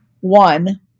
one